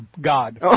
God